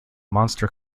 monster